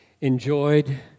enjoyed